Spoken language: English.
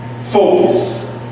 focus